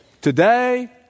Today